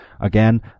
again